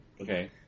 Okay